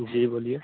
जी बोलिए